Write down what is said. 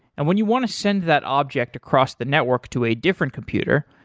and when you want to send that object across the network to a different computer,